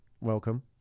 welcome